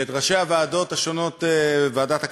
ואת ראשי הוועדות השונות, ועדת הכלכלה,